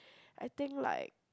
I think like